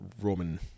Roman